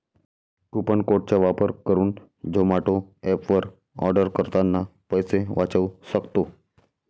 coupon code चा वापर करुन झोमाटो एप वर आर्डर करतांना पैसे वाचउ सक्तो